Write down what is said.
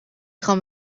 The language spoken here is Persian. خوام